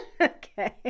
Okay